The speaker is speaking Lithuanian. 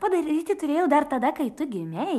padaryti turėjau dar tada kai tu gimei